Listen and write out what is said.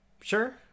Sure